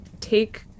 take